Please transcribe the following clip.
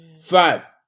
Five